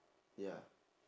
ya